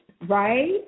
Right